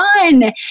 fun